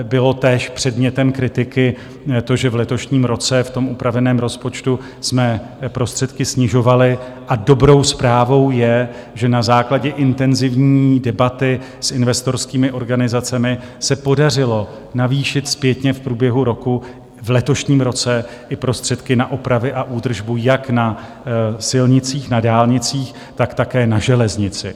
Bylo též předmětem kritiky to, že v letošním roce v upraveném rozpočtu jsme prostředky snižovali, a dobrou zprávou je, že na základě intenzivní debaty s investorskými organizacemi se podařilo navýšit zpětně v průběhu roku, v letošním roce i prostředky na opravy a údržbu jak na silnicích, na dálnicích, tak také na železnici.